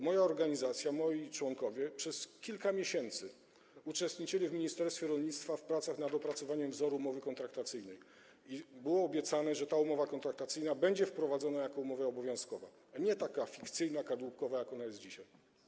Moja organizacja, jej członkowie przez kilka miesięcy uczestniczyli w ministerstwie rolnictwa w pracach nad opracowaniem wzoru umowy kontraktacyjnej i było obiecane, że ta umowa kontraktacyjna będzie wprowadzona jako umowa obowiązkowa, a nie jako taka fikcyjna, kadłubkowa, jaką ona jest dzisiaj.